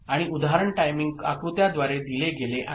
आणि उदाहरण टायमिंग आकृत्याद्वारे दिले गेले आहे